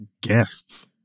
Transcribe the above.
guests